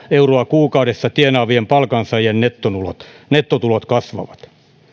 euroa kuukaudessa tienaavien palkansaajien nettotulot nettotulot kasvavat